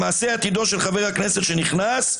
למעשה עתידו של חבר הכנסת שנכנס,